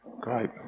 Great